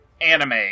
anime